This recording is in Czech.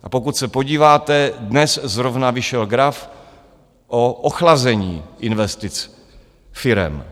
A pokud se podíváte, dnes zrovna vyšel graf o ochlazení investic firem.